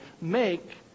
make